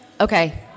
Okay